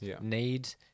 need